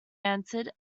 answered